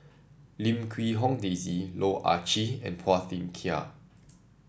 Lim Quee Hong Daisy Loh Ah Chee and Phua Thin Kiay